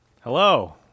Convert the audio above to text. Hello